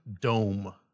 dome